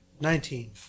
nineteen